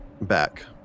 back